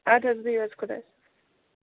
اَدٕ حظ بِہِو حظ خدایَس